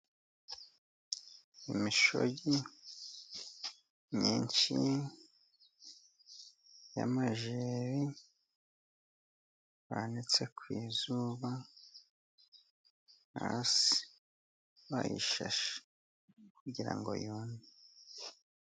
Imishogi myinshi y'amajeri, banitse ku izuba hasi, bayishashe kugira ngo yume.